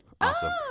awesome